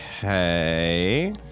Okay